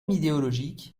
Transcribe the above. idéologique